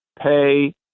pay